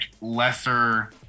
lesser